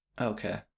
Okay